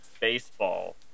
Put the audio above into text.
baseball